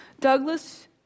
Douglas